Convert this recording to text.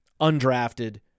undrafted